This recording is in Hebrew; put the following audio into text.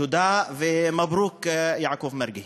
תודה ומברוכ, יעקב מרגי.